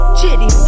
chitty